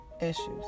issues